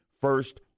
first